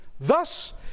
Thus